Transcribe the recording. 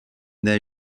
their